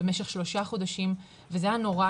במשך שלושה חודשים וזה היה נורא,